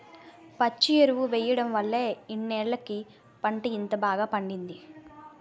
పచ్చి ఎరువు ఎయ్యడం వల్లే ఇన్నాల్లకి పంట ఇంత బాగా పండింది